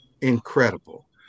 Incredible